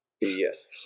Yes